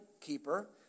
keeper